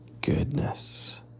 goodness